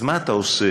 אז מה אתה עושה,